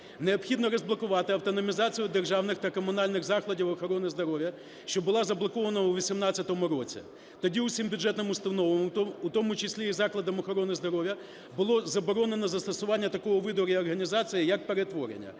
Необхідно розблокувати автономізацію державних та комунальних закладів охорони здоров'я, що була заблокована у 18-му році. Тоді всім бюджетним установам, у тому числі і закладам охорони здоров'я, було заборонено застосування такого виду реорганізації як перетворення.